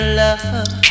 love